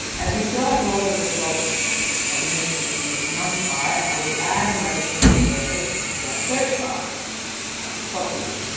as we still have a lot of results that we need to reduce the number by, i will add another keyword to our search bar, at the top here.